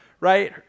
right